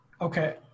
Okay